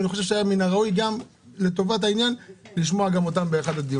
אני חושב שמן הראוי לטובת העניין לשמוע גם אותם באחד מן הדיונים.